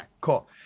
cool